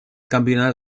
campionat